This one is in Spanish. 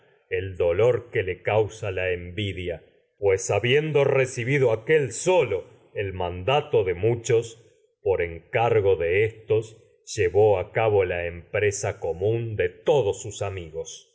el dolor que le causa envidia habiendo recibido aquél solo el mandato de muchos encargo todos sus de éstos llevó a cabo la empresa común de amigos